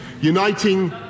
uniting